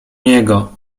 niego